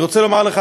אני רוצה לומר לך,